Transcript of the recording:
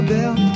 Bell